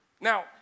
Now